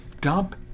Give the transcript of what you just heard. dump